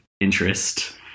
interest